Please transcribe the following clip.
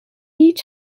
هیچ